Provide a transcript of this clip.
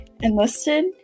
enlisted